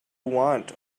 want